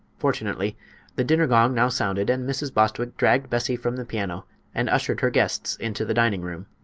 fortunately the dinner gong now sounded, and mrs. bostwick dragged bessie from the piano and ushered her guests into the dining-room.